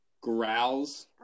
Growls